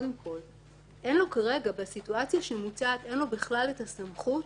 כרגע בסיטואציה שמוצעת לו אין לו בכלל הסמכות